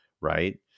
right